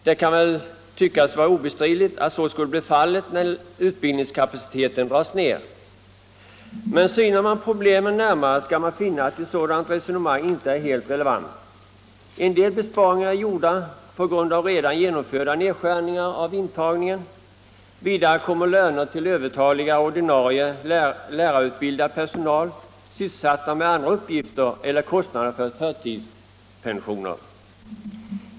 Det kan tyckas vara obestridligt att så skulle bli fallet när utbildningskapaciteten dras ned. Men synar man problemen närmare skall man finna att ett sådant resonemang inte är helt relevant. En del besparingar är gjorda på grund av redan genomförda nedskärningar av intagningen. Vidare har man löner till övertalig ordinarie lärarpersonal, sysselsatt med andra uppgifter, eller kostnader för förtidspensioner.